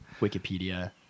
Wikipedia